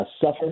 suffer